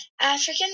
African